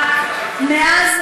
מאז,